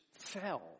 fell